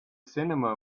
cinema